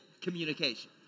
communication